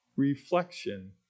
Reflection